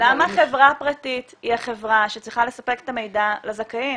היא החברה שצריכה לספק את המידע לזכאים?